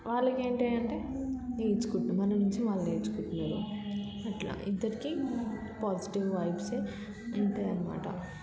వాళ్ళకి ఏంటి అంటే నేర్చుకుంటున్నారు మన నుంచి వాళ్ళు నేర్చుకుంటున్నారు అట్లా ఇద్దరికి పాజిటివ్ వైబ్స్ ఉంటాయి అన్నమాట